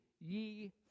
ye